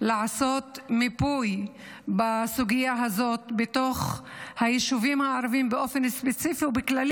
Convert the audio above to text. לעשות מיפוי בסוגיה הזאת בתוך היישובים הערביים באופן ספציפי ובכלל.